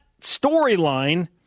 storyline